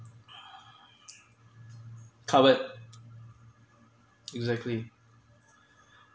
covered exactly